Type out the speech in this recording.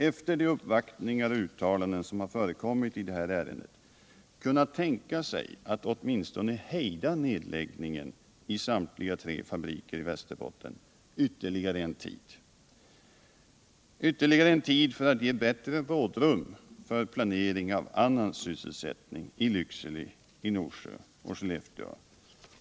efter de uppvaktningar och uttalanden som har förekommit i det här ärendet, kunna tänka sig att åtminstone hejda nedläggningen av samtliga tre fabriker i Västerbott2n ytterligare en tid, för att ge bättre rådrum för planering av annan sysselsättning i Lycksele. i Norsjö och i Skellefteå?